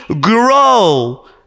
grow